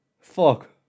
fuck